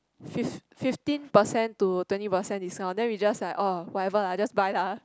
fif~ fifteen percent to twenty percent discount then we just like oh whatever lah just buy lah